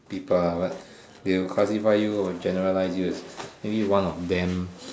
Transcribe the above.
people lah but they will classify you or generalize you as maybe one of them